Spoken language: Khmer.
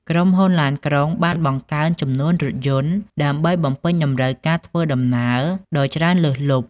ក្រុមហ៊ុនឡានក្រុងបានបង្កើនចំនួនរថយន្ត ដើម្បីបំពេញតម្រូវការធ្វើដំណើរដ៏ច្រើនលើសលប់។